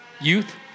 youth